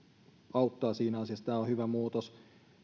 auttaa siinä asiassa tämä on hyvä muutos